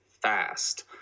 fast